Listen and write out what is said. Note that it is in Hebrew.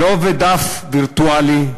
ולא בדף וירטואלי,